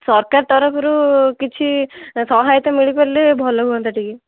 ସରକାର ତରଫରୁ କିଛି ସହାୟତା ମିଳି ପାରିଲେ ଭଲ ହୁଅନ୍ତା ଟିକେ